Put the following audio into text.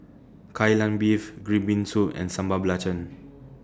Kai Lan Beef Green Bean Soup and Sambal Belacan